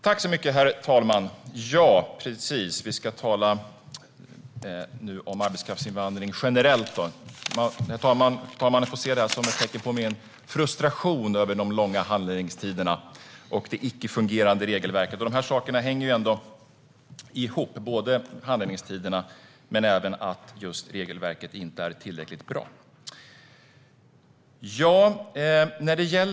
Herr talman! Nu ska vi alltså tala om arbetskraftsinvandring generellt. Talmannen får se det här som ett tecken på min frustration över de långa handläggningstiderna och det icke-fungerande regelverket. De här sakerna, handläggningstiderna och att regelverket inte är tillräckligt bra, hänger ändå ihop.